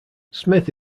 smith